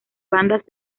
bandas